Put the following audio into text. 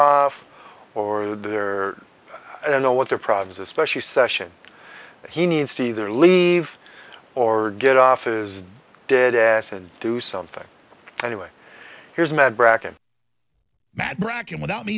off or are there i don't know what their problems especially session he needs to either leave or get off is dead ass and do something anyway here's my bracket matt bracket without